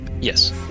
Yes